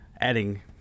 adding